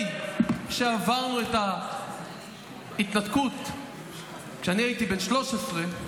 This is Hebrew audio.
שעברנו את ההתנתקות כשאני הייתי בן 13,